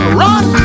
run